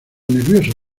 nervioso